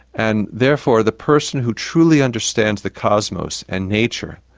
and therefore the person who truly understands the cosmos and nature,